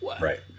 right